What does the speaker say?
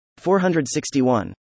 461